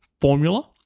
formula